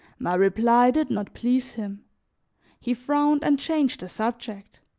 my reply did not please him he frowned and changed the subject.